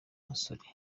musore